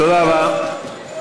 תודה רבה.